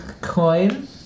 coin